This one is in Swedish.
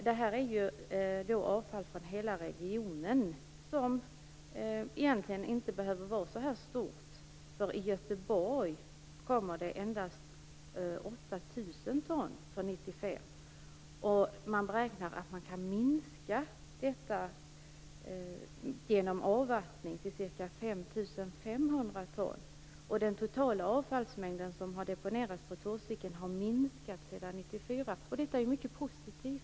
Detta är då avfall från hela regionen, som egentligen inte behöver vara så här stort. Från Göteborg kom det endast 8 000 ton 1995. Man beräknar att man kan minska mängden genom avvattning till ca 5 500 ton, och den totala avfallsmängden som har deponerats vid Torsviken har minskat sedan 1994. Detta är mycket positivt.